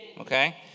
Okay